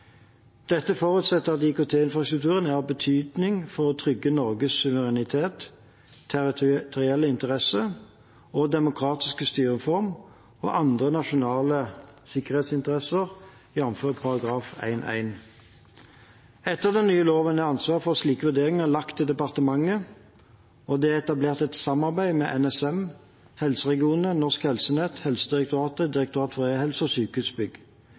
Dette forutsetter at IKT-infrastrukturen er av betydning for å trygge Norges suverenitet, territorielle interesse og demokratiske styreform og andre nasjonale sikkerhetsinteresser, jf. Etter den nye loven er ansvar for slike vurderinger lagt til departementet, og det er etablert et samarbeid med NSM, helseregionene, Norsk Helsenett, Helsedirektoratet, Direktoratet for e-helse og Sykehusbygg.